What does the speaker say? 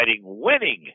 winning